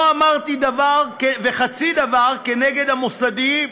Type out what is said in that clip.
לא אמרתי דבר וחצי דבר כנגד המוסדיים,